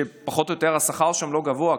שפחות או יותר השכר שם לא גבוה,